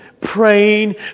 praying